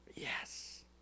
yes